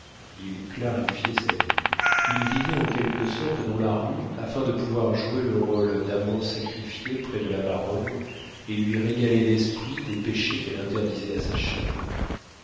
il clarifiait sa vie il vivait en quelque sorte dans la rue afin de pouvoir jouer le rôle d'amant sacrifié près de la baronne et lui régaler l'esprit des péchés qu'elle interdisait à sa chair